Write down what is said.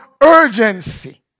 urgency